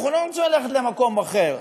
אנחנו לא רוצים ללכת למקום אחר,